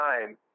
time